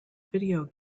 video